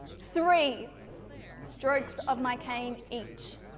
three strokes of my cane each.